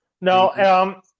no